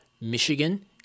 Michigan